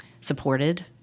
supported